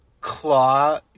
claw